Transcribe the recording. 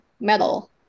metal